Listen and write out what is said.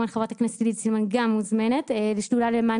חברת הכנסת עידית סילמן כמובן מוזמנת לשדולה למען